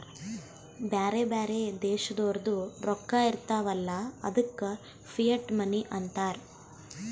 ಬ್ಯಾರೆ ಬ್ಯಾರೆ ದೇಶದೋರ್ದು ರೊಕ್ಕಾ ಇರ್ತಾವ್ ಅಲ್ಲ ಅದ್ದುಕ ಫಿಯಟ್ ಮನಿ ಅಂತಾರ್